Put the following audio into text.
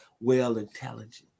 well-intelligent